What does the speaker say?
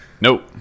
Nope